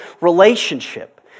relationship